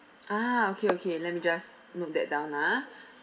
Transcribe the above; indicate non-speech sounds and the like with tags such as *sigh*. ah okay okay let me just note that down ah *breath*